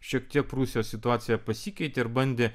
šiek tiek prūsijos situacija pasikeitė ir bandė